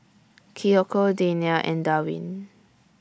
Kiyoko Dania and Darwin